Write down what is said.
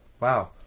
Wow